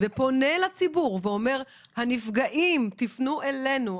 ואותו גורם פונה לציבור ואומר לנפגעים לפנות אליו,